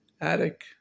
attic